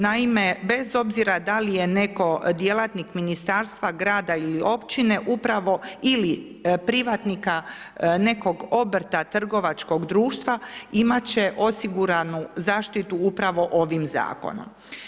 Naime, bez obzira da li je netko djelatnik ministarstva, grada ili općine, upravo ili privatnika, nekog obrta, trgovačkog društva, imati će osiguranu zaštitu upravo ovim zakonom.